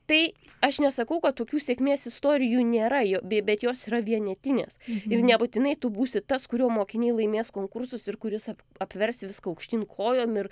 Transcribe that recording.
tai aš nesakau kad tokių sėkmės istorijų nėra jo be bet jos yra vienetinės ir nebūtinai tu būsi tas kurio mokiniai laimės konkursus ir kuris ap apvers viską aukštyn kojom ir